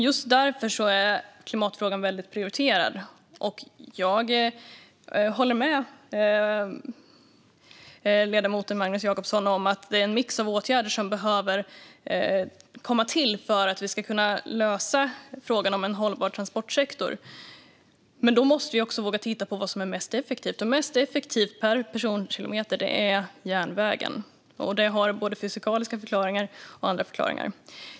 Just därför är klimatfrågan väldigt prioriterad, och jag håller med ledamoten Magnus Jacobsson om att det är en mix av åtgärder som behöver komma till för att vi ska kunna lösa frågan om en hållbar transportsektor. Men då måste vi även våga titta på vad som är mest effektivt, och mest effektivt per personkilometer är järnvägen. Det har både fysikaliska förklaringar och andra förklaringar.